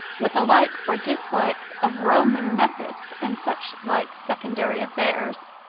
with a like or dislike of roman methods and such like secondary affairs.